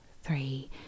Three